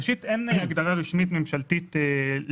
ראשית, אין הגדרה ממשלתית רשמית